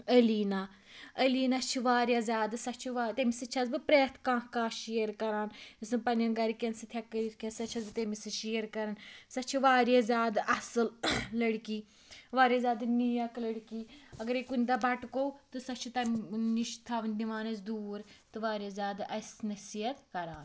علیٖنا علیٖنا چھِ واریاہ زیادٕ سۄ چھِ وا تمِس سۭتۍ چھَس بہٕ پرٮ۪تھ کانٛہہ کتھ شیر کَران یۄس نہٕ پَننٮ۪ن گَرکٮ۪ن سۭتۍ ہیٚکہٕ کٔرِتھ کینٛہہ سۄ چھَس بہٕ تٔمِس سۭتۍ شیر کَران سۄ چھِ واریاہ زیادٕ اصٕل لڑکی واریاہ زیادٕ نیک لڑکی اَگَرے کُنہِ دۄہ بَٹکو تہٕ سۄ چھِ تمہ نِش تھاون نِوان اَسہِ دوٗر تہٕ واریاہ زیادٕ اَسہِ نصیحت کَران